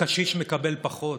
הקשיש מקבל פחות.